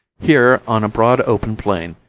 here, on a broad open plain,